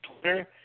Twitter